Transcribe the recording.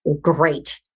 great